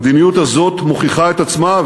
המדיניות הזאת מוכיחה את עצמה,